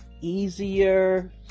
easier